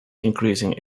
increasing